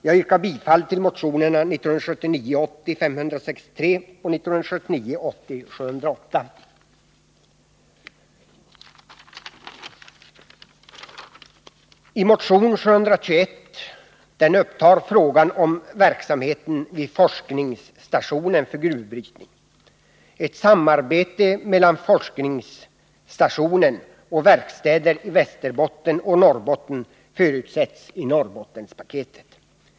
Jag yrkar bifall till motionerna 563 och 708. Motion 721 tar upp frågan om verksamheten vid forskningsstationen för gruvbrytning. Ett samarbete mellan forskningsstationen och verkstäder i Västerbotten och Norrbotten förutsätts i Norrbottenpaketet.